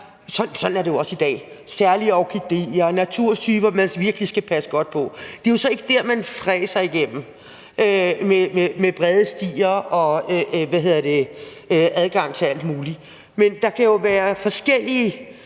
sådan er det jo også i dag – særlige orkideer og naturtyper, man virkelig skal passe godt på. Det er jo så ikke de områder, man fræser igennem, og hvor der er brede stier og adgang til alt muligt. Men der vil jo være forskellige